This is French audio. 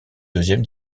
deuxième